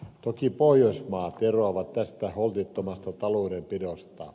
toki pohjoismaat eroavat tästä holtittomasta taloudenpidosta